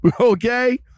okay